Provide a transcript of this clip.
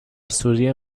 سوریه